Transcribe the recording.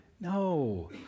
no